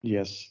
Yes